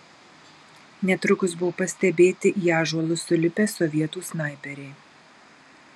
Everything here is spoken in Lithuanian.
netrukus buvo pastebėti į ąžuolus sulipę sovietų snaiperiai